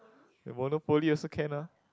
monopoly also can ah